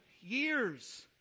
years